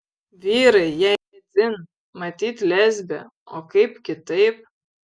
vyrai jai dzin matyt lesbė o kaip kitaip